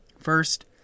First